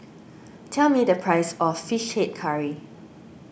tell me the price of Fish Head Curry